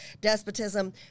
despotism